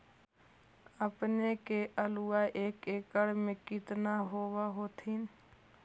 अपने के आलुआ एक एकड़ मे कितना होब होत्थिन?